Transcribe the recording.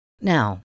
Now